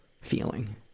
feeling